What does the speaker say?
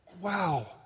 Wow